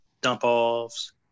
dump-offs